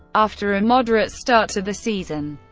after a moderate start to the season,